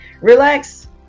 relax